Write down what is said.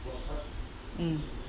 mm